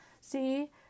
See